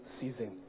season